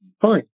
Fine